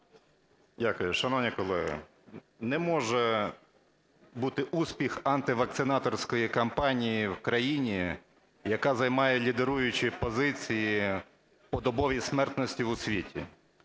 Дякую. Шановні колеги, не може бути успіх антивакцинаторської кампанії в країні, яка займає лідируючі позиції по добовій смертності у світі.